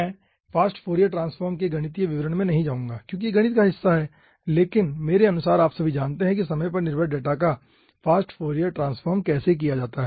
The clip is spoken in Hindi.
मैं फास्ट फोरियर ट्रांसफॉर्म के गणितीय विवरण में नहीं जाऊंगा क्योंकि यह गणित का हिस्सा है लेकिन मेरे अनुसार आप सभी जानते हैं कि समय पर निर्भर डेटा का फास्ट फोरियर ट्रांसफॉर्म कैसे किया जाता है